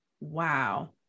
wow